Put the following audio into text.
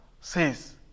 says